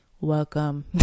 Welcome